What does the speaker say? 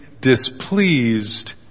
displeased